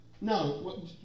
No